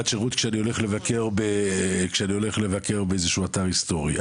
שירות גם כשאני הולך לבקר באיזשהו אתר היסטורי,